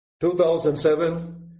2007